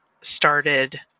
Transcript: started